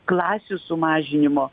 klasių sumažinimo